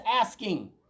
asking